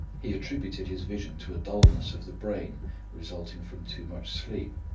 he attributed his vision to a dullness of the brain resulting from too much sleep.